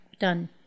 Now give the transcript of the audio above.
done